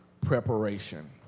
preparation